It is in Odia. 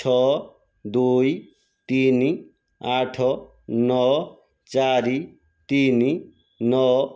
ଛଅ ଦୁଇ ତିନି ଆଠ ନଅ ଚାରି ତିନି ନଅ